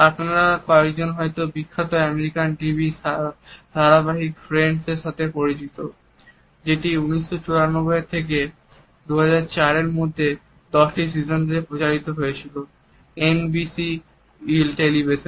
আপনারা কয়েকজন হয়তো বিখ্যাত আমেরিকান টিভি ধারাবাহিক ফ্রেন্ডস এর সাথে পরিচিত যেটি 1994 থেকে 2004 এর মধ্যে 10 সিজন জুড়ে প্রচারিত হয়েছিল এনবিসি টেলিভিশনে